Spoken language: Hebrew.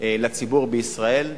לציבור בישראל.